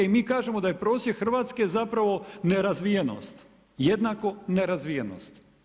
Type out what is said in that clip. I mi kažemo da je prosijeku Hrvatske zapravo nerazvijenost, jednako nerazvijenost.